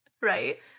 Right